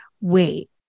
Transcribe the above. wait